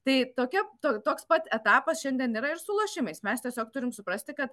tai tokia tok toks pat etapas šiandien yra ir su lošimais mes tiesiog turim suprasti kad